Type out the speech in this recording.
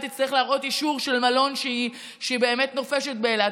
תצטרך להראות אישור של מלון שהיא באמת נופשת באילת.